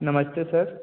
नमस्ते सर